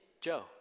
Joe